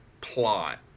plot